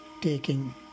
taking